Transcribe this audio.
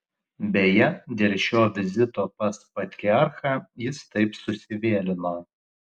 beje dėl šio vizito pas patriarchą jis taip susivėlino